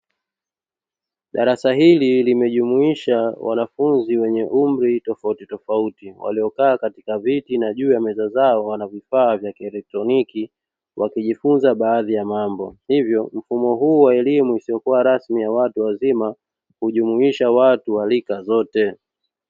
Darasa hili limejumuisha wanafunzi wenye umri tofautitofauti, waliokaa katika viti na juu ya meza zao wana vifaa vya kieletroniki; wakijifunza baadhi ya mambo, hivyo mfumo huu wa elimu isiyokuwa rasmi ya watu wazima hujumuisha watu wa rika zote.